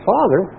Father